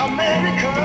America